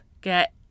Get